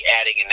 adding